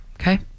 okay